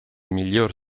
miglior